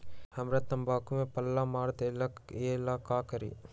हमरा तंबाकू में पल्ला मार देलक ये ला का करी?